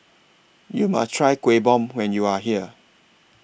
YOU must Try Kueh Bom when YOU Are here